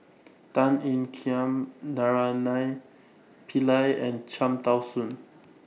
Tan Ean Kiam Naraina Pillai and Cham Tao Soon